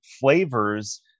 flavors